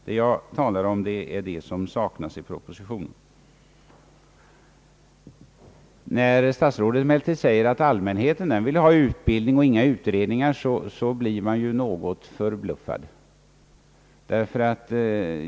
Det jag talar om är det som saknas i propositionen. När statsrådet emellertid säger att allmänheten vill ha utbildning och inga utredningar, blir man något förbluffad.